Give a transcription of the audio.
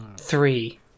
Three